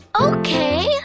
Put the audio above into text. Okay